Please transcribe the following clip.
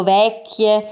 vecchie